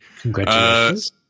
Congratulations